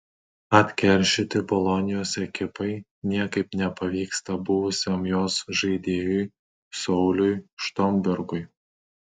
atsikeršyti bolonijos ekipai niekaip nepavyksta buvusiam jos žaidėjui sauliui štombergui